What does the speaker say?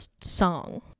song